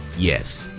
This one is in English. yes,